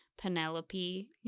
Penelope